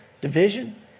division